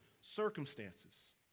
circumstances